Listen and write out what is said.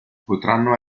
potranno